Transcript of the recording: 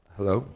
Hello